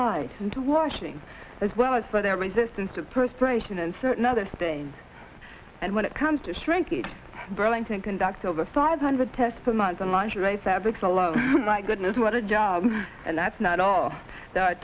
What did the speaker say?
live and washing as well as for their resistance to perspiration and certain other things and when it comes to shrinkage burlington conducted over five hundred tests per month on lingerie fabrics alone my goodness what a job and that's not all the